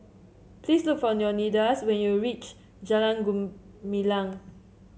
please look for Leonidas when you reach Jalan Gumilang